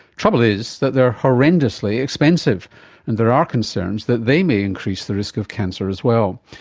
trouble is that they're horrendously expensive and there are concerns that they may increase the risk of cancer as well.